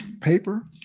paper